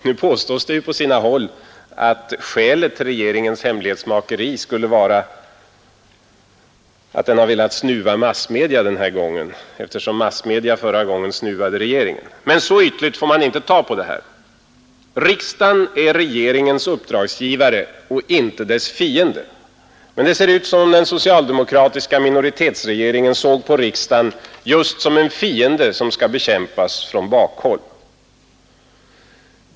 Det påstås på sina håll att skälet till regeringens hemlighetsmakeri skulle vara att den velat snuva massmedia denna gång, eftersom massmedia förra gången snuvade regeringen. Men så ytligt får man inte ta på detta. Riksdagen är regeringens uppdragsgivare och inte dess fiende. Men det verkar som om den socialdemokratiska minoritetsregeringen såg på riksdagen just som en fiende som skall bekämpas från bakhåll.